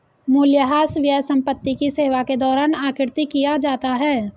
मूल्यह्रास व्यय संपत्ति की सेवा के दौरान आकृति किया जाता है